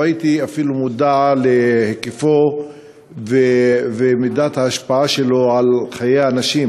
הייתי מודע להיקפו ולמידת ההשפעה שלו על חיי אנשים.